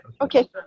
okay